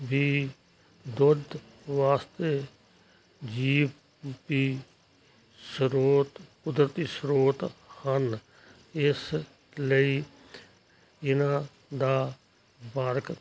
ਵੀ ਦੁੱਧ ਵਾਸਤੇ ਜੀਵ ਰੂਪੀ ਸਰੋਤ ਕੁਦਰਤੀ ਸਰੋਤ ਹਨ ਇਸ ਲਈ ਇਹਨਾਂ ਦਾ ਬਾਰਕ